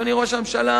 אדוני ראש הממשלה,